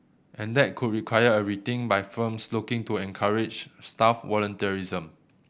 and that could require a rethink by firms looking to encourage staff volunteerism